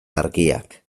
argiak